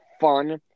fun